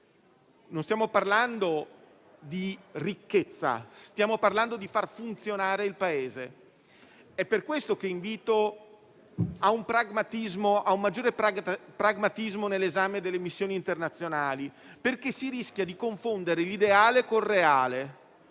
Non stiamo parlando di ricchezza, ma di far funzionare il Paese. È per questo che invito a un maggiore pragmatismo nell'esame delle missioni internazionali, perché si rischia di confondere l'ideale con il reale